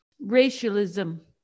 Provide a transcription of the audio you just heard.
racialism